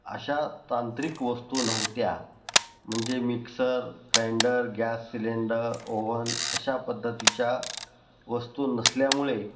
अशा तांत्रिक वस्तू नव्हत्या म्हणजे mixer grinder gas cylinder oven अशा पद्धतीच्या वस्तू नसल्यामुळे